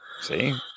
See